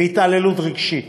והתעללות רגשית.